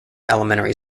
elementary